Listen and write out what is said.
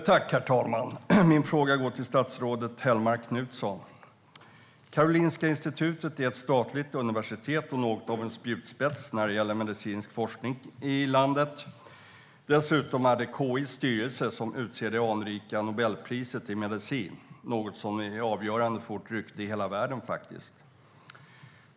Herr talman! Min fråga går till statsrådet Helene Hellmark Knutsson. Karolinska Institutet är ett statligt universitet och något av en spjutspets när det gäller medicinsk forskning i landet. Dessutom är det KI:s styrelse som utser det anrika Nobelpriset i medicin, något som faktiskt är avgörande för vårt rykte i hela världen.